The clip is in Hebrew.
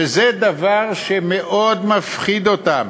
וזה דבר שמאוד מפחיד אותם,